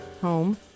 home